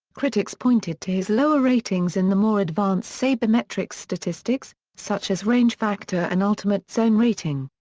critics pointed to his lower ratings in the more advanced sabermetric statistics, such as range factor and ultimate zone rating.